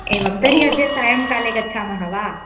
एवं तर्हि अद्य सायङ्काले गच्छामः वा